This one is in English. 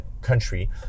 country